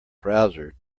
browser